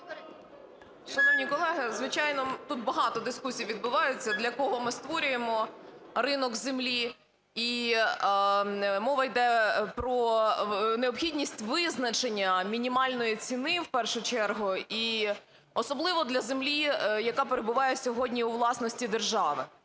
Шановні колеги, звичайно, тут багато дискусій відбувається, для кого ми створюємо ринок землі, і мова йде про необхідність визначення мінімальної ціни в першу чергу і особливо для землі, яка перебуває сьогодні у власності держави.